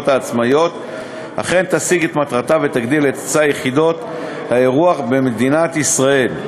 העצמאיות אכן תשיג את מטרתה ותגדיל את היצע יחידות האירוח במדינת ישראל.